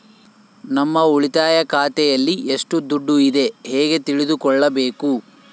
ನಮ್ಮ ಉಳಿತಾಯ ಖಾತೆಯಲ್ಲಿ ಎಷ್ಟು ದುಡ್ಡು ಇದೆ ಹೇಗೆ ತಿಳಿದುಕೊಳ್ಳಬೇಕು?